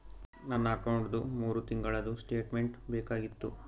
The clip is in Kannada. ನನ್ನ ಅಕೌಂಟ್ದು ಮೂರು ತಿಂಗಳದು ಸ್ಟೇಟ್ಮೆಂಟ್ ಬೇಕಾಗಿತ್ತು?